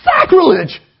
sacrilege